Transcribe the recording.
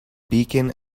beacon